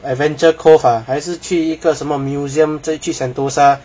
adventure cove ah 还是去一个什么 museum 再去 sentosa